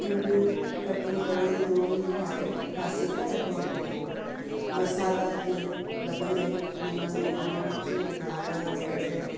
तूरियूं कटिंग करे धोई ठाहे पासे खां रखणो पवंदो आहे मसाल्हा जीअं लॻंदा आहिनि लूणु मिर्च धाणा हेडु